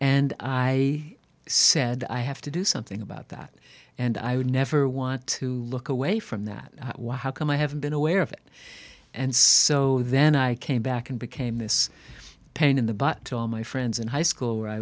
and i said i have to do something about that and i would never want to look away from that how come i haven't been aware of it and so then i came back and became this pain in the butt to all my friends in high school